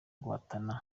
guhatana